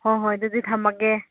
ꯍꯣꯏ ꯍꯣꯏ ꯑꯗꯨꯗꯤ ꯊꯝꯃꯒꯦ